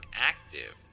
active